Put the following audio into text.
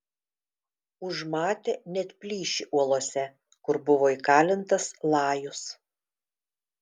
užmatė net plyšį uolose kur buvo įkalintas lajus